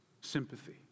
sympathy